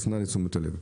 אז נא לתשומת הלב.